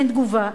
אין תגובה,